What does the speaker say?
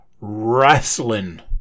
wrestling